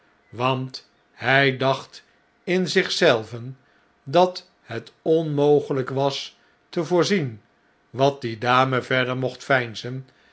want hij dacht in zich zelven dat het onmogelijk was te voorzien wat die dame verder mocht veinzen